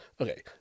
Okay